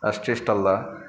ಅಷ್ಟಿಷ್ಟಲ್ಲ